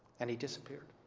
and he disappeared.